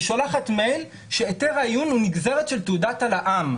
שולחת מייל שהיתר העיון הוא נגזרת של תעודת הלע"מ.